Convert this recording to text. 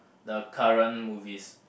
the current movies